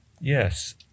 Yes